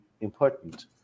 important